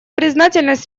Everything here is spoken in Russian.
признательность